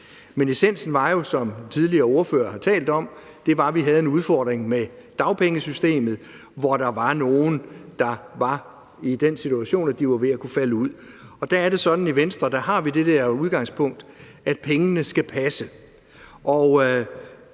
Men essensen var jo, som den tidligere ordfører har talt om, at vi havde en udfordring med dagpengesystemet, hvor der var nogle, der var i den situation, at de var ved at kunne falde ud, og der er det sådan, at vi i Venstre har det der udgangspunkt, at pengene skal passe.